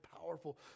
powerful